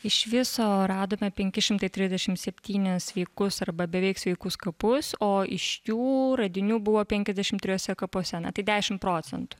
iš viso radome penki šimtai trisdešimt septynis sveikus arba beveik sveikus kapus o iš jų radinių buvo penkiasdešimt trijuose kapuose na tai dešimt procentų